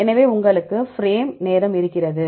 எனவே உங்களுக்கு பிரேம் நேரம் இருக்கிறது